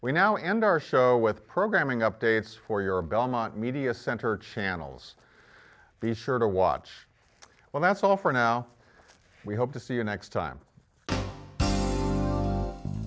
we now and our show with programming updates for your belmont media center channels are you sure to watch well that's all for now we hope to see you next time